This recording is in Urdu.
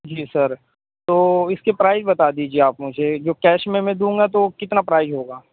جی سر تو اس کے پرائیز بتا دیجیے آپ مجھے جو کیش میں میں دوں گا تو کتنا پرائیز ہوگا